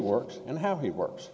works and how he works